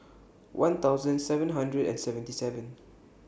one thousand seven hundred and seventy seven